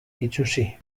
itsusi